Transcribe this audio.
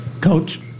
Coach